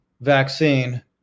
vaccine